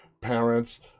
parents